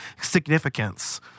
significance